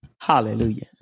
Hallelujah